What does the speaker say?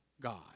God